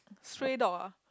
stray dog ah